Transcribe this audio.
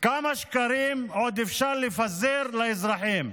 כמה שקרים עוד אפשר לפזר לאזרחים?